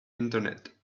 internet